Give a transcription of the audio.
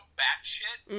batshit